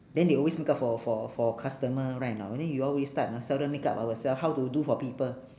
then they always makeup for for for customer right or not then we all this type ah seldom makeup ourselves how to do for people